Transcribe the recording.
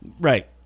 right